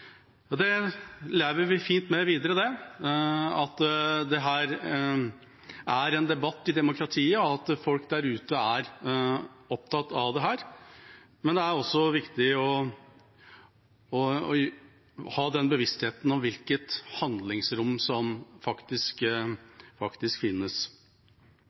Det lever vi fint med videre, at dette er en debatt i demokratiet, at folk der ute er opptatt av dette, men det er også viktig å ha den bevisstheten om hvilket handlingsrom som faktisk finnes.